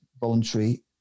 voluntary